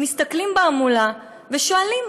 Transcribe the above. מסתכלים בהמולה ושואלים: